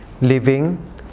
living